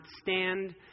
stand